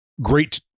great